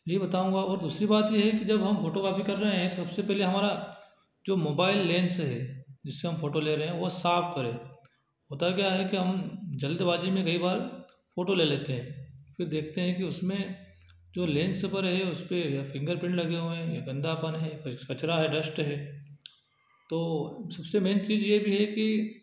यही बताऊँगा और दूसरी बात यह है कि जब हम फोटोग्राफी कर रहे हैं सबसे पहले हमारा जो मोबाइल लेंस है जिससे हम फोटो ले रहे हैं वह साफ करें होता क्या है कि हम जल्दबाज़ी में कई बार फोटो ले लेते हैं फिर देखते हैं कि उसमें जो लेंस पर है उस पर या फिंगरप्रिंट लगे हुए हैं गंदापन है कुछ कचड़ा है डस्ट है तो सबसे मेन चीज़ यह भी है कि